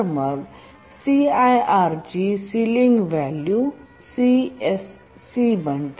मग CRI ची ceiling value CSC बनते